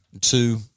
two